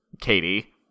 Katie